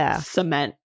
cement